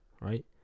right